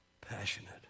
passionate